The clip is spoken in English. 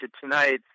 tonight